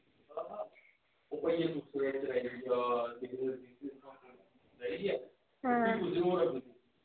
हां